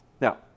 now